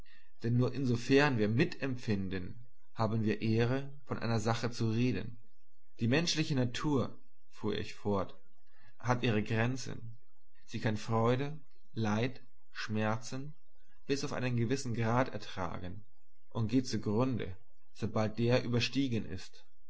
denn nur insofern wir mitempfinden haben wir die ehre von einer sache zu reden die menschliche natur fuhr ich fort hat ihre grenzen sie kann freude leid schmerzen bis auf einen gewissen grad ertragen und geht zugrunde sobald der überstiegen ist